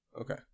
okay